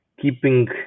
keeping